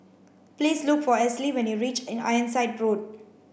please look for when you reach Ironside Road